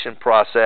process